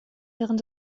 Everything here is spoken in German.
während